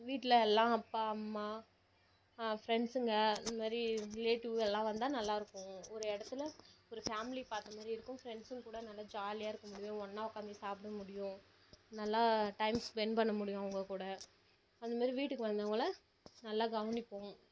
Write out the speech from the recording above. வீட்டில் எல்லாம் அப்பா அம்மா ஃப்ரெண்ட்ஸுங்க இந்த மாரி ரிலேட்டிவ் எல்லாம் வந்தால் நல்லாயிருக்கும் ஒரு இடத்ததுல ஒரு ஃபேமிலி பார்த்த மாரி இருக்கும் ஃப்ரெண்ட்ஸுங் கூட நல்லா ஜாலியாக இருக்க முடியும் ஒன்னா உட்காந்து சாப்பிட முடியும் நல்லா டைம் ஸ்பென்ட் பண்ண முடியும் அவங்க கூட அந்த மாரி வீட்டுக்கு வந்தவங்கள நல்லா கவனிப்போம்